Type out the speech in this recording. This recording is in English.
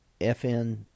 FN